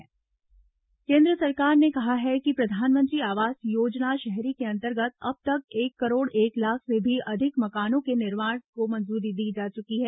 प्रधानमंत्री आवास योजना केन्द्र सरकार ने कहा है कि प्रधानमंत्री आवास योजना शहरी के अंतर्गत अब तक एक करोड़ एक लाख से भी अधिक मकानों के निर्माण को मंजूरी दी जा चुकी है